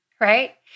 right